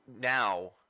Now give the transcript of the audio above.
now